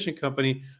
company